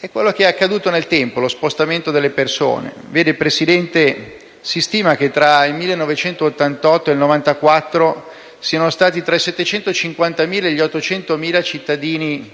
è quello che è accaduto nel tempo, cioè lo spostamento delle persone. Vede, signor Presidente, si stima che, tra il 1988 e il 1994, siano stati tra i 750.000 e gli 800.000 i cittadini